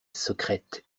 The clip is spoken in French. secrète